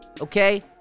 Okay